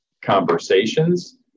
conversations